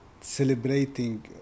celebrating